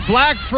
Black